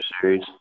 Series